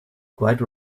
quite